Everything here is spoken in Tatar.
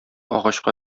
агачка